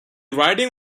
riding